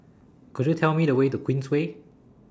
Could YOU Tell Me The Way to Queensway